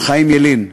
חיים ילין,